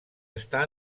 està